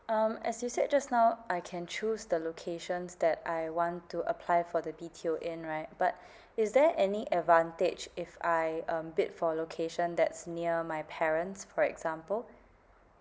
um as you said just now I can choose the locations that I want to apply for the B_T_O in right but is there any advantage if I um bid for location that's near my parents for example